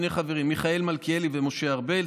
שני חברים: מיכאל מלכיאלי ומשה ארבל,